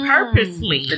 Purposely